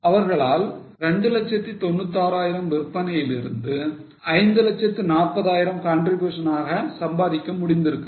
அவர்களால் 2960000 விற்பனையில் இருந்து 540000 contribution ஆக சம்பாதிக்க முடிந்திருக்கிறது